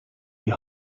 die